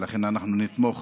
ולכן אנחנו נתמוך